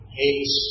hates